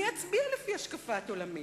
אני אצביע לפי השקפת עולמי,